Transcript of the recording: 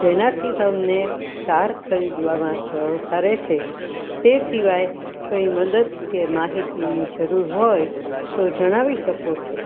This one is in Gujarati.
જેનાથી તમને કાર ખરીદવામાં સરળતા રહેશે તે સિવાય કંઈ મદદ કે માહિતીની જરૂર હોય તો જણાવી શકો છો